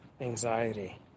anxiety